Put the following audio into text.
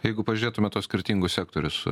jeigu pažiūrėtume tuos skirtingus sektorius